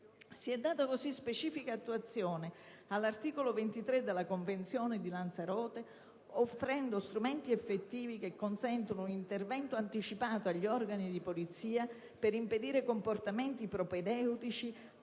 Si è data specifica attuazione così all'articolo 23 della Convenzione di Lanzarote, offrendo strumenti effettivi che consentono un intervento anticipato agli organi di polizia per impedire comportamenti propedeutici